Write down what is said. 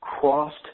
crossed